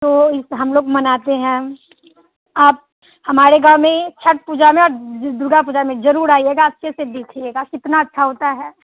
तो इ हम लोग मनाते हैं आप हमारे गाँव में छठ पूजा में और दुर्गा पूजा में ज़रूर आइएगा अच्छे से देखिएगा कितना अच्छा होता है